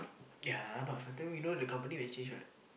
yeah but after that we know the company will change what